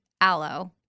aloe